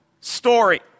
story